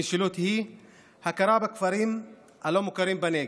המשילות היא הכרה בכפרים הלא-מוכרים בנגב,